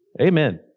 Amen